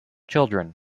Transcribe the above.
children